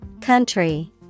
Country